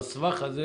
בסבך הזה.